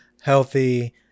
healthy